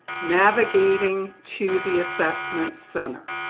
navigating to the assessment center.